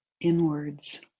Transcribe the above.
inwards